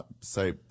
say